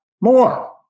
more